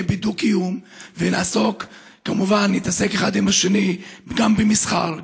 בדו-קיום ונעסוק אחד עם השני גם במסחר,